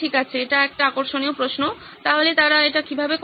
এটা একটি আকর্ষণীয় প্রশ্ন তাহলে তারা এটা কিভাবে করবে